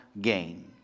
gain